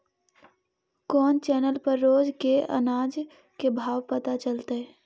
कोन चैनल पर रोज के अनाज के भाव पता चलतै?